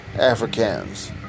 Africans